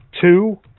two